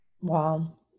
wow